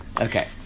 Okay